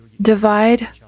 divide